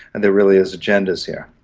and there really is agendas here.